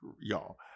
Y'all